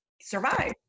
survive